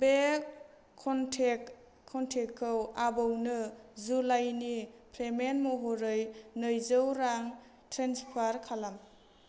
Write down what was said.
बे कनटेक्ट कन्टेक्टखौ आबौनो जुलाइनि पेमेन्ट महरै नैजौ रां ट्रेन्सफार खालाम